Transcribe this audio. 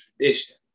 tradition